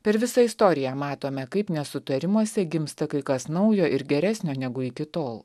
per visą istoriją matome kaip nesutarimuose gimsta kai kas naujo ir geresnio negu iki tol